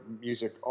music